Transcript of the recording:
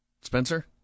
Spencer